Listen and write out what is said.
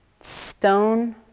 stone